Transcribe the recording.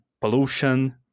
pollution